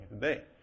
today